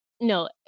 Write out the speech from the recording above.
No